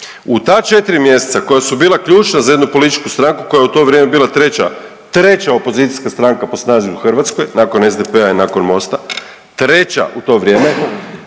U ta 4 mjeseca koja su bila ključna za jednu političku stranku koja je u to vrijeme bila treća, treća opozicijska stranka po snazi u Hrvatskoj, nakon SDP-a i nakon Mosta, treća u to vrijeme,